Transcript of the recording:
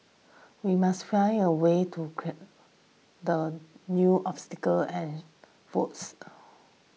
we must find a way to the new obstacles and votes